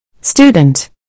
Student